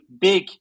big